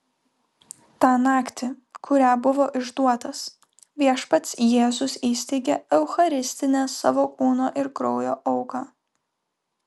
tą naktį kurią buvo išduotas viešpats jėzus įsteigė eucharistinę savo kūno ir kraujo auką